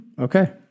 Okay